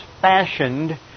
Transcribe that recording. fashioned